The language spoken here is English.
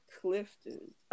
Clifton